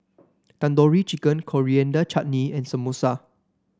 Tandoori Chicken Coriander Chutney and Samosa